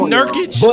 Nurkic